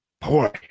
Boy